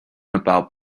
about